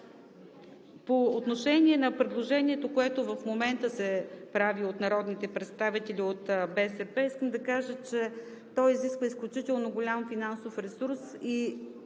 По отношение на предложението, което в момента се прави от народните представители от БСП, искам да кажа, че то изисква изключително голям финансов ресурс,